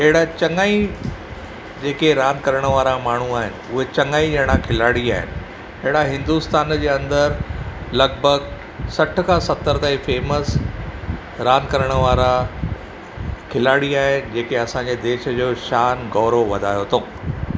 अहिड़ा चङाई जेके रांदि करणु वारा माण्हू आहिनि उहे चङाई अहिड़ा खिलाड़ी आहिनि हेड़ा हिंदुस्तान जे अंदरु लॻभॻि सठि खां सतरि ताईं फेमस रांदि करणु वारा खिलाड़ी आहिनि जेके असांजे देश जो शानु गौरव वधायो अथऊं